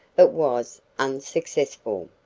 but was unsuccessful.